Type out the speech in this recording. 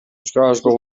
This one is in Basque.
euskarazko